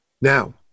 Now